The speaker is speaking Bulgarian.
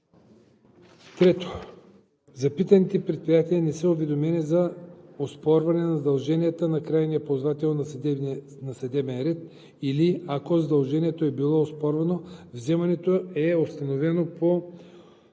и 3. запитаните предприятия не са уведомени за оспорване на задължението на крайния ползвател по съдебен ред или, ако задължението е било оспорено, вземането е установено по